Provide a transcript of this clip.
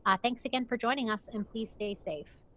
ah thanks again for joining us and please stay safe.